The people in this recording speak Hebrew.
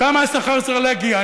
לכמה השכר צריך להגיע?